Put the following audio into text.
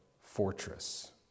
fortress